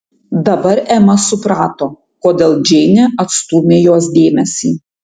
dabar ema suprato kodėl džeinė atstūmė jos dėmesį